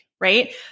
right